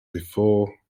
before